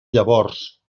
llavors